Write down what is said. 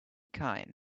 kind